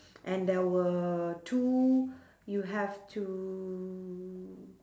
and there were two you have to